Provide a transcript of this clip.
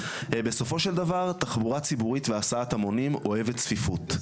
בסופו של דבר תחבורה ציבורית והסעת המונים אוהבת צפיפות,